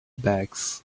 backs